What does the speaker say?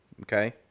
Okay